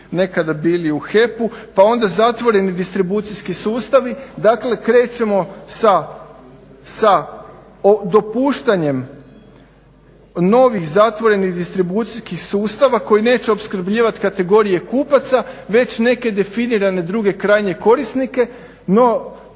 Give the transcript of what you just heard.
nekada bili u HEP-u pa onda zatvoreni distribucijski sustavi. Dakle krećemo sa dopuštanjem novih zatvorenih distribucijskih sustava koji neće opskrbljivat kategorije kupaca već neke definirane druge krajnje korisnike, no